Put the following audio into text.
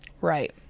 Right